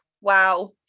wow